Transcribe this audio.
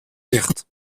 nicht